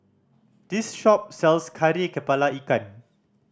this shop sells Kari Kepala Ikan